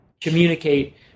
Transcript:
communicate